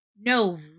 no